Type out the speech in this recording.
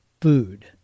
food